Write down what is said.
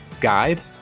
guide